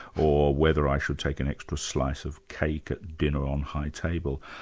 or whether i should take an extra slice of cake at dinner on high table.